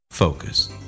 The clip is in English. Focus